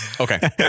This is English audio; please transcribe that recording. Okay